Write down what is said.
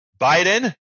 Biden